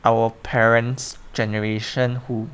our parent's generation who